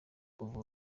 kuvura